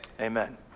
Amen